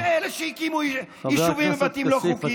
והן שהקימו יישובים ובתים לא חוקיים.